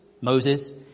Moses